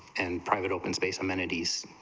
and pried but open space amenities